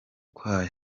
kwayo